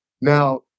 Now